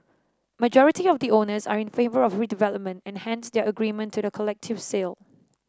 majority of the owners are in favour of redevelopment and hence their agreement to the collective sale